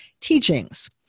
teachings